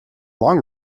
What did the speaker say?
long